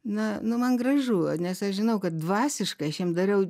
na nu man gražu nes aš žinau kad dvasiškai aš jam dariau